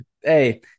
hey